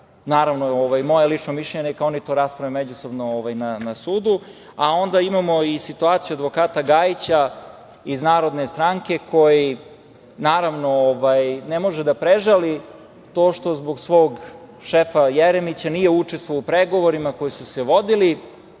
Naravno, moje lično mišljenje je da to oni rasprave međusobno na sudu. Dalje imamo i situaciju advokata Gajića iz Narodne stranke koji ne može da prežali to što zbog svog šefa Jeremića nije učestvovao u pregovorima koji su se vodili